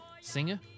singer